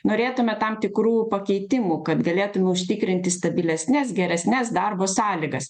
norėtume tam tikrų pakeitimų kad galėtume užtikrinti stabilesnes geresnes darbo sąlygas